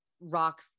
rock